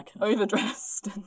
overdressed